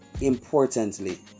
Importantly